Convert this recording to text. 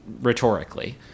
Rhetorically